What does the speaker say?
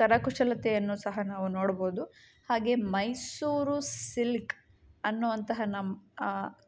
ಕರಕುಶಲತೆಯನ್ನು ಸಹ ನಾವು ನೋಡ್ಬೋದು ಹಾಗೆ ಮೈಸೂರು ಸಿಲ್ಕ್ ಅನ್ನುವಂತಹ ನಮ್ಮ